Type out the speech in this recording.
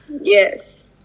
yes